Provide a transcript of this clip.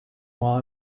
while